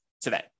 today